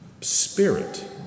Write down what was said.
Spirit